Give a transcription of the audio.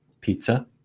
pizza